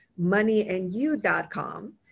moneyandyou.com